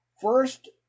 first